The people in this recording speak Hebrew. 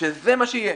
- שזה מה שיהיה.